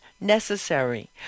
necessary